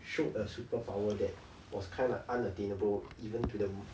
showed a superpower that was kind of unattainable even to the m~